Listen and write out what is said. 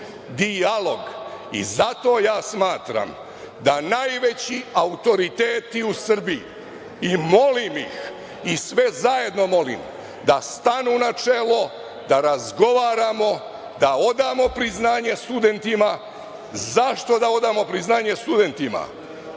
dijalog. Zato ja smatram da najveći autoriteti u Srbiji i molim ih i sve zajedno molim da stanu na čelo, da razgovaramo, da odamo priznanje studentima. Zašto da odamo priznanje studentima?